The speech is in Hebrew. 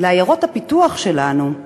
לעיירות הפיתוח שלנו,